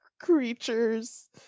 creatures